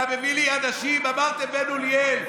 אתה מביא לי אנשים, אמרתם בן אוליאל,